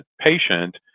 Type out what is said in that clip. patient